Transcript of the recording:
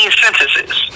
sentences